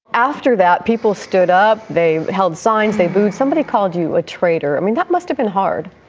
after that, people stood up. they held signs. they booed. somebody called you a traitor? i mean, that must have been hard.